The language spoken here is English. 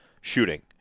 shooting